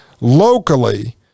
locally